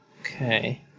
Okay